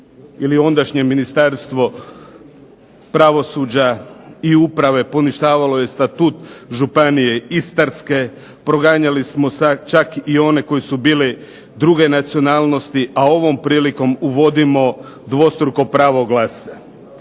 ili ondašnje Ministarstvo pravosuđa i uprave poništavalo je Statut Županije istarske, proganjali smo čak i one koji su bili druge nacionalnosti, a ovom prilikom uvodimo dvostruko pravo glasa.